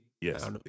Yes